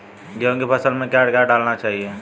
गेहूँ की फसल में क्या क्या डालना चाहिए?